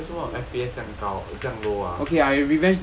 为什么 F_P_S 这么高这样 low ah